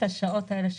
השעות האלה נקבעו,